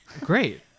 Great